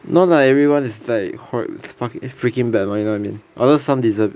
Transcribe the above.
not like everyone is like hor~ fuck~ freaking bad mah you know what I mean although some deserves it